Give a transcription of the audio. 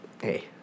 hey